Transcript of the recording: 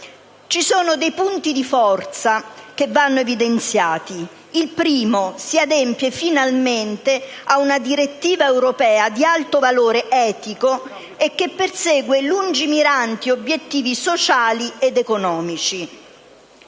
Ci sono dei punti di forza che vanno evidenziati. In primo luogo si adempie finalmente a una direttiva europea di alto valore etico, che persegue lungimiranti obiettivi sociali ed economici: